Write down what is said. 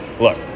Look